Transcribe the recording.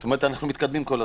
אנחנו מתקדמים כל הזמן.